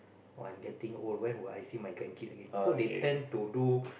oh I'm getting old when will I see my grandkid again so they tend to do